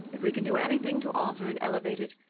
if we can do anything to alter and elevate it,